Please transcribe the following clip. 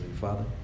Father